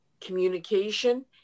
communication